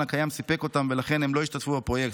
הקיים סיפק אותם ולכן הם לא השתתפו בפרויקט.